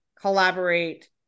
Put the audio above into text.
collaborate